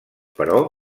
però